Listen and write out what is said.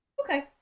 Okay